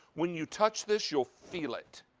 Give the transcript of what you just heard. when you touch this, you'll feel it.